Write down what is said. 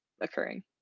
occurring